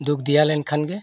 ᱫᱩᱠᱷ ᱫᱮᱭᱟ ᱞᱮᱱᱠᱷᱟᱱ ᱜᱮ